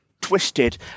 twisted